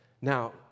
Now